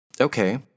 Okay